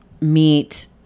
meet